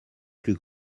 plus